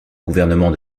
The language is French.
gouvernement